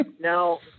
Now